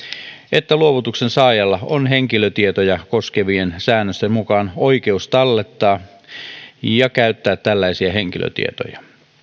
että luovutuksensaajalla on henkilötietoja koskevien säännösten mukaan oikeus tallettaa ja käyttää tällaisia henkilötietoja